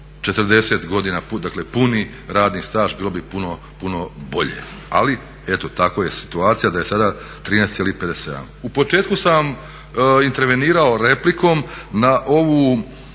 40 godina, dakle puni radni staž, bilo bi puno bolje, ali eto takva je situacija da je sada 13,57. U početku sam vam intervenirao replikom na ovo